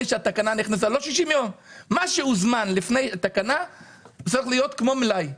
שהתקנה נכנסה לתוקף צריך להיות כמו מלאי.